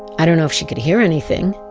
i don't know if she could hear anything.